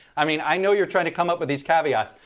i mean i know youre trying to come up with these caveats.